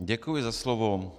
Děkuji za slovo.